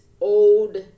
old